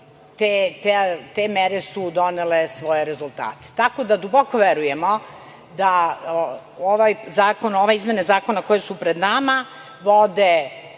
te mere su donele svoje rezultate. Tako da, duboko verujemo da ove izmene zakona koje su pred nama vode